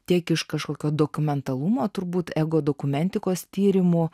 tiek iš kažkokio dokumentalumo turbūt ego dokumentikos tyrimo